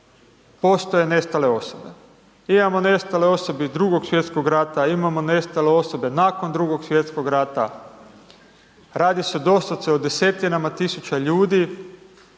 postoje nestale osobe. Imamo nestale osobe iz Drugog svjetskog rata, imamo nestale osobe nakon Drugog svjetskog rata, radi se doslovce o desetinama tisuća ljudi